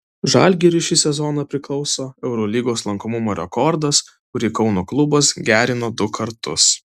žalgiriui šį sezoną priklauso eurolygos lankomumo rekordas kurį kauno klubas gerino du kartus